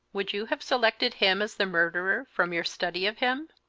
would you have selected him as the murderer, from your study of him?